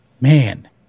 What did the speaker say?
Man